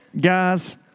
guys